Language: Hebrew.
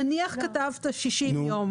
נניח כתבת 60 ימים